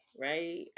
right